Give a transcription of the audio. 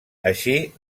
així